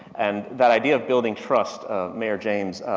and that idea of building trust, ah, mayor james, ah,